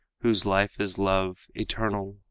whose life is love eternal,